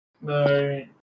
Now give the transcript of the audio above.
No